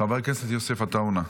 חבר הכנסת יוסף עטאונה.